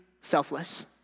selfless